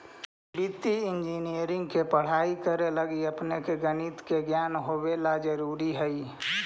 वित्तीय इंजीनियरिंग के पढ़ाई करे लगी अपने के गणित के ज्ञान होवे ला जरूरी हई